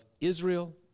Israel